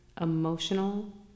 emotional